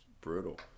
brutal